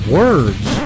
words